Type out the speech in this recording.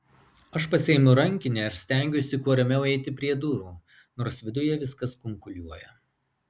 aš pasiimu rankinę ir stengiuosi kuo ramiau eiti prie durų nors viduje viskas kunkuliuoja